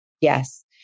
Yes